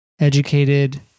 educated